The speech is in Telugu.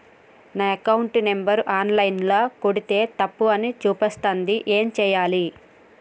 నా అకౌంట్ నంబర్ ఆన్ లైన్ ల కొడ్తే తప్పు అని చూపిస్తాంది ఏం చేయాలి?